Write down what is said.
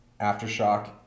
Aftershock